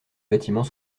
bâtiment